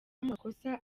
amakosa